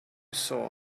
saw